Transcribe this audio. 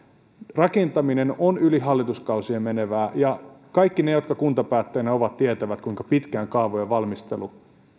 rakentaminen on yli hallituskausien menevää ja kaikki ne jotka kuntapäättäjinä ovat tietävät kuinka pitkään kaavojen valmistelu